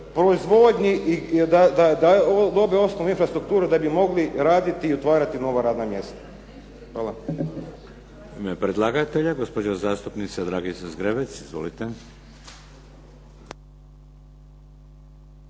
proizvodnji je da dobiju osnovnu infrastrukturu da bi mogli raditi i otvarati nova radna mjesta. Hvala. **Šeks, Vladimir (HDZ)** Hvala. U ime predlagatelja gospođa zastupnica Dragica Zgrebec. Izvolite.